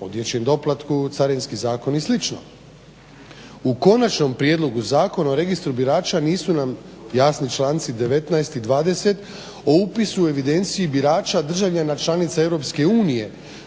dječjem doplatku, Carinski zakon i sl. U konačnom prijedlogu Zakona o registru birača nisu nam jasni članci 19. i 20. o upisu i evidenciji birača državljana članica EU